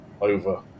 over